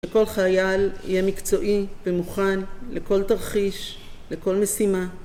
וכל חייל יהיה מקצועי ומוכן לכל תרחיש, לכל משימה